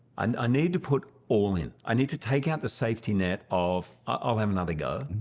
and i need to put all in. i need to take out the safety net of i'll have another go.